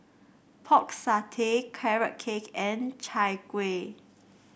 Pork Satay Carrot Cake and Chai Kuih